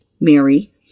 Mary